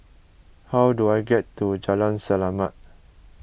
how do I get to Jalan Selamat